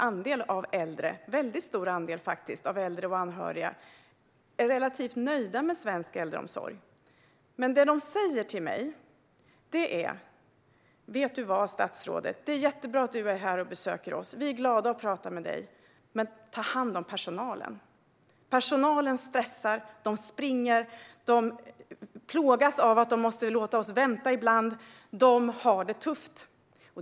Men när jag besöker äldreboenden, oavsett om det är i privat eller offentlig regi, säger de äldre ofta till mig: Vet du vad, statsrådet, det är jättebra att du är här och besöker oss. Vi är glada över att få prata med dig, men ta hand om personalen! Personalen stressar och springer. De plågas av att de måste låta oss vänta ibland. De har det tufft.